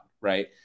right